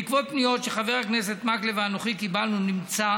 בעקבות פניות שחבר הכנסת מקלב ואנוכי קיבלנו, נמצא